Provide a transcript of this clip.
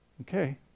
Okay